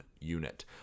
unit